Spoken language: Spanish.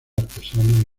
artesanos